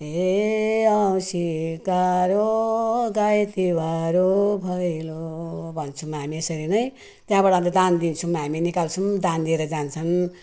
ए औँसीको बार हो गाई तिहार हो भैलो भन्छौँ हामी यसरी नै त्यहाँबाट अन्त दान दिन्छौँ हामीले निकाल्छौँ दान दिएर जान्छन्